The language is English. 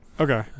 Okay